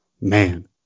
man